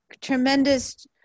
tremendous